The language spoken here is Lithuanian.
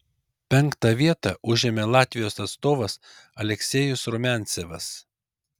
penktą vietą užėmė latvijos atstovas aleksejus rumiancevas